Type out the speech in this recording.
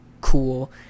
cool